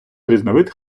різновид